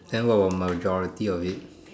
then what about majority of it